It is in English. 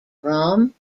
rome